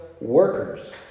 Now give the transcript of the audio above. workers